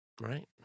right